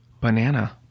banana